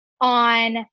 on